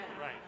Right